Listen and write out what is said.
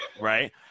right